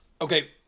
Okay